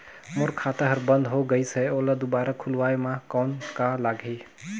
मोर खाता हर बंद हो गाईस है ओला दुबारा खोलवाय म कौन का लगही?